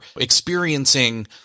experiencing